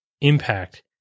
impact